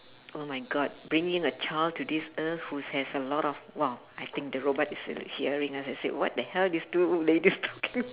oh my god bringing a child to this earth whose has a lot of !wow! I think the robot is hearing us and say what the hell these two ladies talking